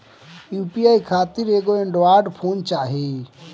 UPI खातिर एगो android phone चाही